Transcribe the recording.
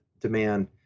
demand